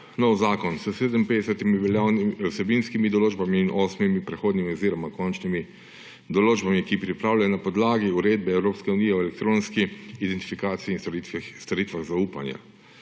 nov zakon s 57 vsebinskimi določbami in osmimi prehodnimi oziroma končnimi določbami, ki se pripravljajo na podlagi uredbe Evropske unije o elektronski identifikaciji in storitvah zaupanja.